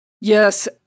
Yes